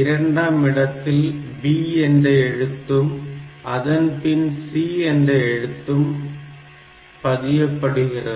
இரண்டாமிடத்தில் b என்ற எழுத்தும் அதன்பின் c என்ற எழுத்தும் பதியப்படுகிறது